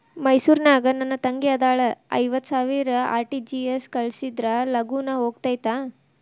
ಮೈಸೂರ್ ನಾಗ ನನ್ ತಂಗಿ ಅದಾಳ ಐವತ್ ಸಾವಿರ ಆರ್.ಟಿ.ಜಿ.ಎಸ್ ಕಳ್ಸಿದ್ರಾ ಲಗೂನ ಹೋಗತೈತ?